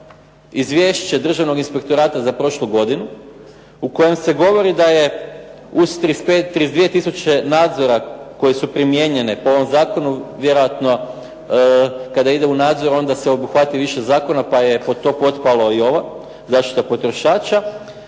izvješće Državnog inspektorata za prošlu godinu u kojem se govori da je uz 32 tisuće nadzora koji su primijenjeni po ovom zakonu, vjerojatno kada ide u nadzor onda se obuhvati više zakona, pa je pod to potpalo i ova zaštita potrošača,